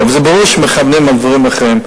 אבל זה ברור שמכוונים לדברים אחרים,